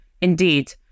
Indeed